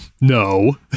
no